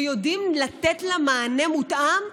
ויודעים לתת לה מענה מותאם?